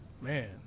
Man